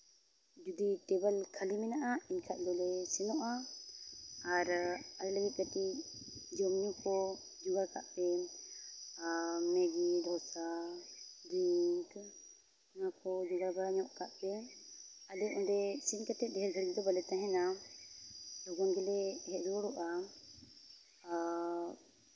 ᱡᱩᱫᱤ ᱴᱮᱵᱚᱞ ᱠᱷᱟᱹᱞᱤ ᱢᱮᱱᱟᱜᱼᱟ ᱮᱱᱠᱷᱟᱡ ᱫᱚᱞᱮ ᱥᱮᱱᱚᱜᱼᱟ ᱟᱨ ᱟᱞᱮ ᱠᱟᱹᱴᱤᱡ ᱡᱚᱢᱼᱧᱩ ᱠᱚ ᱡᱳᱜᱟᱲ ᱠᱟᱜ ᱯᱮ ᱢᱮᱜᱤ ᱰᱷᱳᱥᱟ ᱡᱤᱞ ᱚᱱᱟᱠᱚ ᱡᱳᱜᱟᱲ ᱵᱟᱲᱟ ᱧᱚᱜ ᱠᱟᱜ ᱯᱮ ᱟᱞ ᱚᱸᱰᱮ ᱥᱮᱱ ᱠᱟᱛᱮ ᱰᱷᱮᱹᱨ ᱜᱷᱟᱹᱲᱤ ᱫᱚ ᱵᱟᱞᱮ ᱛᱟᱦᱮᱱᱟ ᱞᱚᱜᱚᱱ ᱜᱮᱞᱮ ᱦᱮᱡ ᱨᱩᱣᱟᱹᱲᱚᱜᱼᱟ ᱟᱨ